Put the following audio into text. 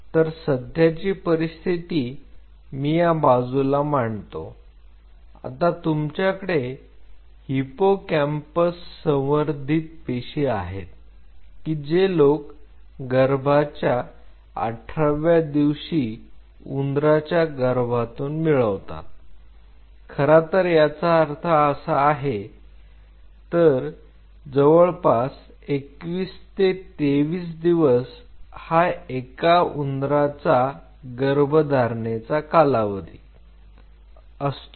तर सध्याची परिस्थिती मी या बाजूला मांडतो आता तुमच्याकडे हिप्पोकॅम्पस संवर्धित पेशी आहेत की जे लोक गर्भाच्या अठराव्या दिवशी उंदराच्या गर्भातून मिळवतात खरा तर याचा अर्थ असा आहे तर जवळपास 21 ते 23 दिवस हा एका उंदराचा गर्भधारणेचा कालावधी असतो